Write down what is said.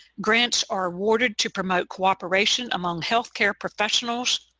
grants are awarded to promote cooperation among health care professionals,